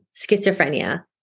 schizophrenia